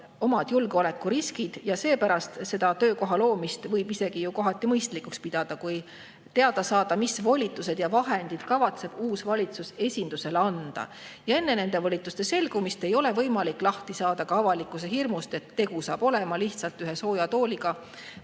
omad julgeolekuriskid ja seepärast võib selle töökoha loomist kohati isegi mõistlikuks pidada, kui teada saada, mis volitused ja vahendid kavatseb uus valitsus esindusele anda. Enne nende volituste selgumist ei ole võimalik lahti saada avalikkuse hirmust, et tegu saab olema lihtsalt ühe sooja tooliga